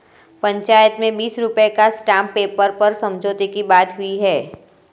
पंचायत में बीस रुपए का स्टांप पेपर पर समझौते की बात हुई है